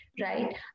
right